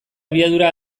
abiadura